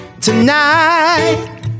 Tonight